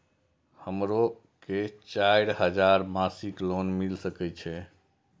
हमरो के चार हजार मासिक लोन मिल सके छे?